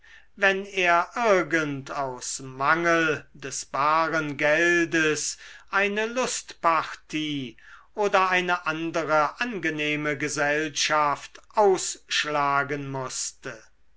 wenn er irgend aus mangel des baren geldes eine lustpartie oder eine andere angenehme gesellschaft ausschlagen mußte